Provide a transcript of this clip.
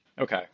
Okay